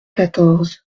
quatorze